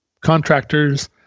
contractors